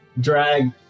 drag